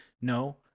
No